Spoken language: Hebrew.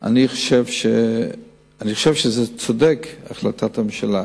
אני חושב שזה צודק, החלטת הממשלה.